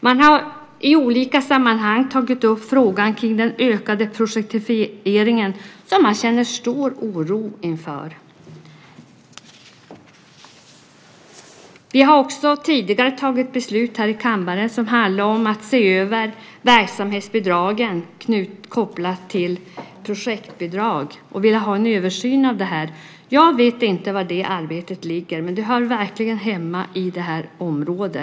De har i olika sammanhang tagit upp frågan om den ökande "projektifieringen", som de känner stor oro inför. Vi har tidigare fattat beslut i kammaren om att se över verksamhetsbidragen kopplade till projektbidrag. Vi vill ha en översyn av detta. Jag vet inte var det arbetet ligger, men det hör verkligen hemma inom detta område.